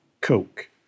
coke